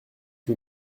que